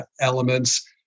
elements